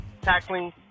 tackling